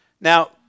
Now